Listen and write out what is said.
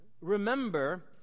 remember